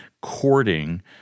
courting